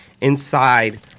inside